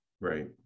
right